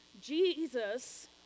Jesus